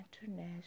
international